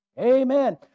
Amen